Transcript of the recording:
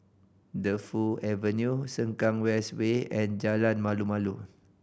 Defu Avenue Sengkang West Way and Jalan Malu Malu